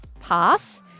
Pass